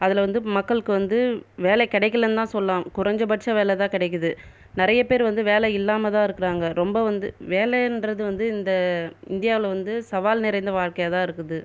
அதில் வந்து மக்கள்க்கு வந்து வேலை கிடைக்கலன்னு தான் சொல்ல்லா குறைஞ்சபச்சம் வேலை தான் கிடக்கிது நிறைய பேர் வந்து வேலை இல்லாமல் தான் இருக்குறாங்கள் ரொம்ப வந்து வேலை இன்றது வந்து இந்த இந்தியாவில் வந்து சவால் நிறைந்த வாழ்கையாக இருக்குது